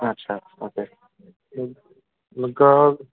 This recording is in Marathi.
अच्छा ओके मग